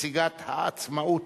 נציגת העצמאות.